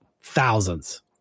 thousands